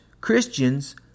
christians